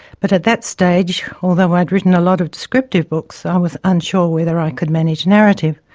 but, at that stage, although i'd written a lot of descriptive books i was unsure whether i could manage narrative.